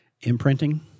Imprinting